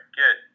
get